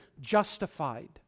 justified